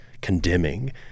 condemning